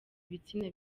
ibitsina